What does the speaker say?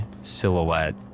silhouette